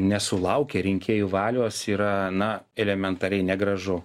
nesulaukę rinkėjų valios yra na elementariai negražu